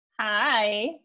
hi